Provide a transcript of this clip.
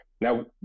Now